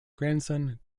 grandson